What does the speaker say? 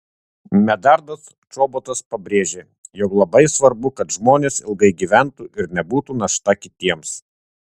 medardas čobotas pabrėžė jog labai svarbu kad žmonės ilgai gyventų ir nebūtų našta kitiems